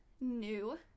new